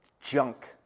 Junk